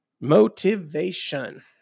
motivation